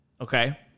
okay